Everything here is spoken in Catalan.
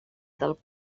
del